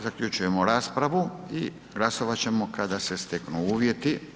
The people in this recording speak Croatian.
Zaključujemo raspravu i glasovat ćemo kada se steknu uvjeti.